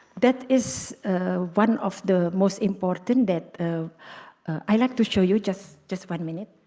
that is one of the most important that i like to show you just just one minute